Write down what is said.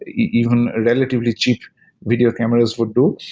even relatively cheap video cameras would do.